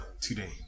today